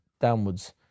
downwards